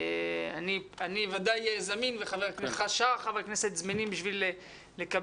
אני ודאי אהיה זמין ושאר חברי הכנסת זמינים בשביל לקבל